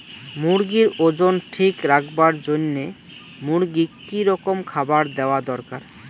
মুরগির ওজন ঠিক রাখবার জইন্যে মূর্গিক কি রকম খাবার দেওয়া দরকার?